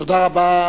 תודה רבה,